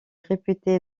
réputée